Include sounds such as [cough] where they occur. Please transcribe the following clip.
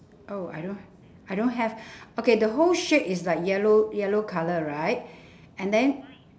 oh I don't I don't have [breath] okay the whole shape is like yellow yellow colour right [breath] and then